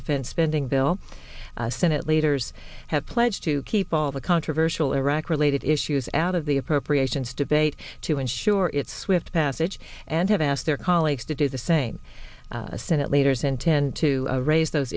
defense spending bill senate leaders have pledged to keep all the controversial iraq related issues out of the appropriations debate to ensure its with passage and have asked their colleagues to do the same senate leaders intend to raise those